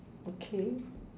okay